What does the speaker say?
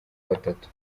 batatu